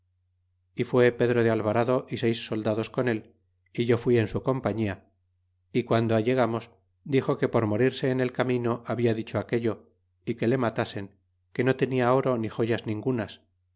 y fué pedro de alvarado y seis soldados con él e yo fui en sti compañia y guando allegamos dixo que por morirse en el camino habia dicho aquello é que le matasen que no tenia oro ni joyas ningunas